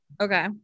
Okay